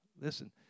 listen